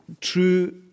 true